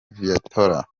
viatora